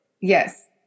Yes